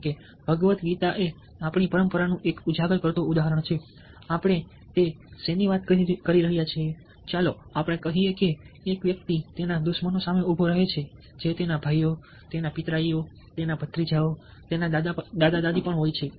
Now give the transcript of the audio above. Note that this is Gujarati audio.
જેમકે ભગબત ગીતા એ આપણી પરંપરાનું એક ઉજાગર કરતું ઉદાહરણ છે આપણે તે શેની વાત કરી રહ્યા છીએ ચાલો આપણે કહીએ કે એક વ્યક્તિ તેના દુશ્મનો સામે ઉભો રહે છે જે તેના ભાઈઓ તેના પિતરાઈઓ તેના ભત્રીજાઓ તેના દાદા દાદી પણ હોય છે